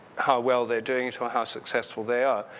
how well they're doing into how successful they are.